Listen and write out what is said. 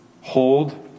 Hold